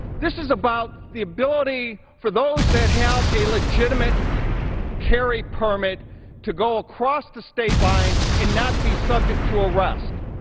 this is about the ability for those that have a legitimate carry permit to go across the state line and not be subject to arrest.